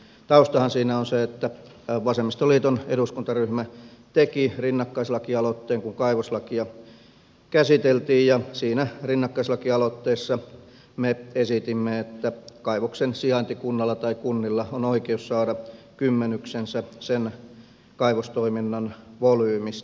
taustahan siinä on se että vasemmistoliiton eduskuntaryhmä teki rinnakkaislakialoitteen kun kaivoslakia käsiteltiin ja siinä rinnakkaislakialoitteessa me esitimme että kaivoksensijaintikunnalla tai kunnilla on oikeus saada kymmenyksensä sen kaivostoiminnan volyymistä